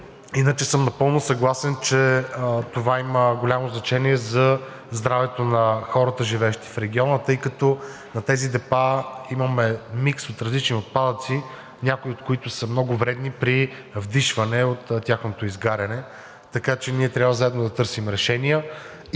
Иначе съм напълно съгласен, че това има голямо значение за здравето на хората, живеещи в региона, тъй като в тези депа имаме микс от различни отпадъци, някои от които са много вредни при вдишване от тяхното изгаряне. Така че ние трябва заедно да търсим решения